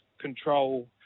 control